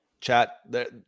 chat